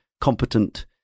competent